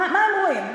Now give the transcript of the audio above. מה הם רואים,